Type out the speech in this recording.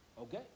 Okay